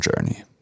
journey